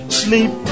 sleep